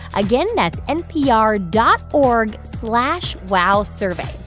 again, that's npr dot org slash wowsurvey.